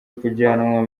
kujyanwa